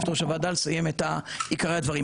את עיקרי הדברים.